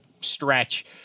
stretch